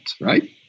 right